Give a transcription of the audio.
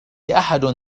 أحد